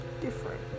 different